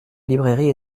librairie